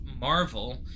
marvel